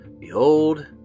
Behold